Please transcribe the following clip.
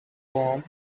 warm